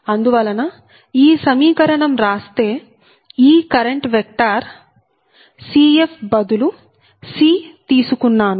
అందువలన ఈ సమీకరణం రాస్తే ఈ కరెంట్ వెక్టార్ Cf బదులు C తీసుకున్నాను